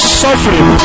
suffering